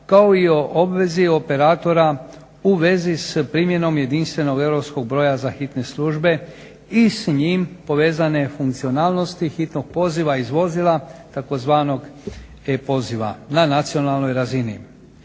kao i o obvezi operatora u vezi s primjenom jedinstvenog europskog broja za hitne službe i s njim povezane funkcionalnosti hitnog poziva iz vozila, tzv. e-poziva na nacionalnoj razini.